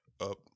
up